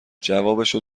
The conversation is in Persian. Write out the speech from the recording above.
جوابشو